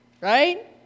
Right